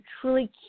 truly